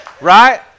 right